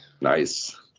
nice